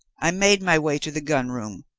i made my way to the gun-room,